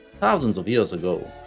thousands of years ago.